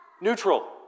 neutral